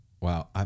Wow